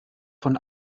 von